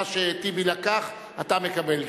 מה שטיבי לקח אתה מקבל גם.